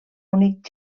únic